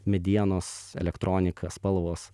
medienos elektronika spalvos